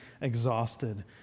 exhausted